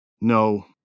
No